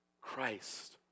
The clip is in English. Christ